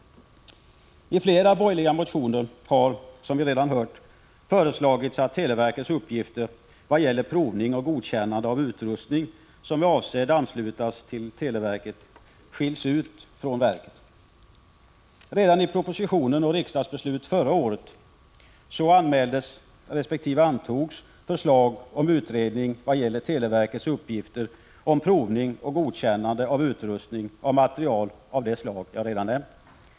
I flera borgerliga motioner har — som vi redan hört — föreslagits att televerkets uppgifter vad gäller provning och godkännande av utrustning, som är avsedd att anslutas till telenätet, skiljs ut från verket. Redan i proposition och riksdagsbeslut förra året anmäldes resp. antogs förslag om utredning vad gäller televerkets uppgifter om provning och godkännande av utrustning och material av det slag jag redan nämnt.